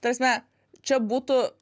ta prasme čia būtų